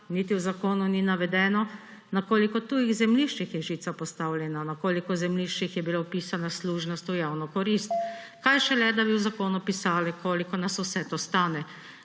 Niti v zakonu ni navedeno, na koliko tujih zemljiščih je žica postavljena, na koliko zemljiščih je bila vpisana služnost v javno korist, kaj šele da bi v zakonu pisalo, koliko nas vse to stane,